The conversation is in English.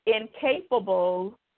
incapable